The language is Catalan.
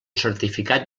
certificació